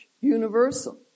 universal